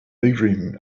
daydreaming